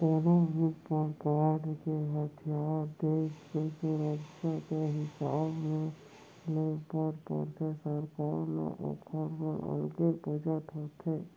कोनो भी परकार के हथियार देस के सुरक्छा के हिसाब ले ले बर परथे सरकार ल ओखर बर अलगे बजट होथे